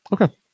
Okay